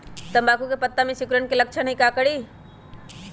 तम्बाकू के पत्ता में सिकुड़न के लक्षण हई का करी?